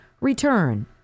Return